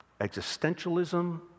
existentialism